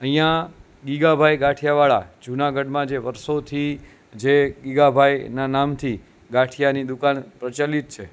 અહીંયાં દિગાભાઈ ગાંઠિયાવાળા જુનાગઢમાં જે વરસોથી જે દિગાભાઈના નામથી ગાંઠિયાની દુકાન પ્રચલિત છે